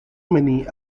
many